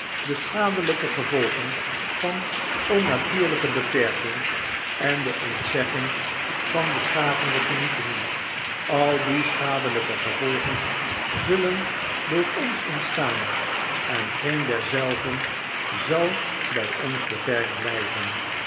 de schadelyke gevolgen van orinatuurlyke beperking en de ontzegging van beschavende genietingen al die schadelyke gevolgen zullen door ons ontstaan en geen derzelven zal by ons beperkt blyven